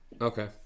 Okay